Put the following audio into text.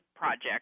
Project